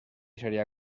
seria